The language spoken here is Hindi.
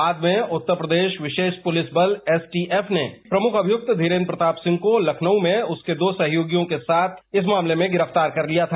बाद में उत्तरप्रदेश विशेष पुलिस बल एसटीएफ ने प्रमुख अभियुक्त धीरेन्द्र प्रताप सिंह को लखनऊ में उसके दो सहयोगियों के साथ इस मामले में गिरफ्तार कर लिया था